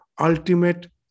ultimate